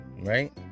right